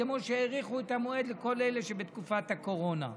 כמו שהאריכו את המועד לכל אלה שבתקופת הקורונה.